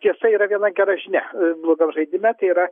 tiesa yra viena gera žinia blogam žaidime tai yra